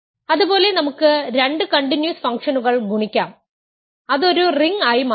അതുപോലെ നമുക്ക് രണ്ട് കണ്ടിന്യൂസ് ഫംഗ്ഷനുകൾ ഗുണിക്കാം അത് ഒരു റിംഗ് ആയി മാറുന്നു